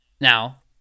Now